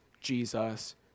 Jesus